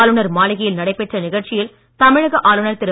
ஆளுநர் மாளிகையில் நடைபெற்ற நிகழ்ச்சியில் தமிழக ஆளுநர் திரு